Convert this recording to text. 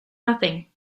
nothing